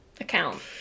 account